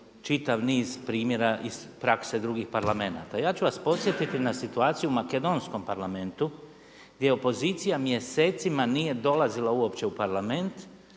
čitav niz primjera iz prakse drugih parlamenata. Ja ću vas podsjetiti na situaciju u makedonskom Parlamentu gdje opozicija mjesecima nije dolazila uopće u Parlament